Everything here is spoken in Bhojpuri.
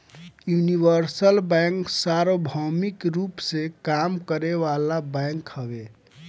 यूनिवर्सल बैंक सार्वभौमिक रूप में काम करे वाला बैंक हवे